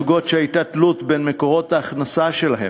זוגות שהייתה תלות בין מקורות ההכנסה שלהם,